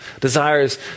desires